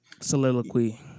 soliloquy